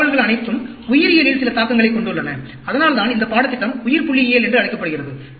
இந்த பரவல்கள் அனைத்தும் உயிரியலில் சில தாக்கங்களைக் கொண்டுள்ளன அதனால்தான் இந்த பாடத்திட்டம் உயிர்புள்ளியியல் என்று அழைக்கப்படுகிறது